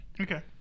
Okay